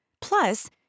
Plus